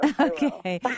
Okay